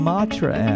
Matra